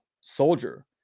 soldier